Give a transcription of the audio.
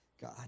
god